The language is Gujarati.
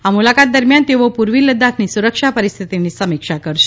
આ મુલાકાત દરમિયાન તેઓ પૂર્વી લદ્દાખની સુરક્ષા પરિસ્થિતિની સમીક્ષા કરશે